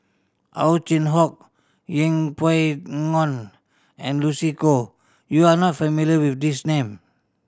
Ow Chin Hock Yeng Pway Ngon and Lucy Koh you are not familiar with these name